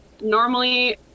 Normally